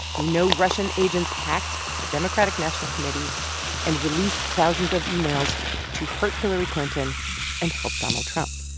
we know russian agents hacked the democratic national committee and released thousands of emails to hurt hillary clinton and help donald trump.